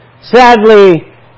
Sadly